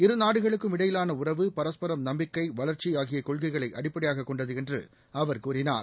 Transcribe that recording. இருநாடுகளுக்கும் இடையிலான உறவு பரஸ்பரம் நம்பிக்கை வளர்ச்சி ஆகிய கொள்கைகளை அடிப்படையாக கொண்டது என்று அவர் கூறினார்